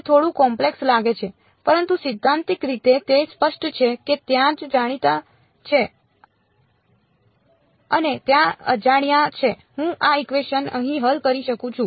તે થોડું કોમ્પ્લેક્સ લાગે છે પરંતુ સૈદ્ધાંતિક રીતે તે સ્પષ્ટ છે કે ત્યાં જાણીતા છે અને ત્યાં અજાણ્યા છે હું આ ઇકવેશન અહીં હલ કરી શકું છું